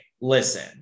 Listen